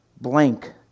blank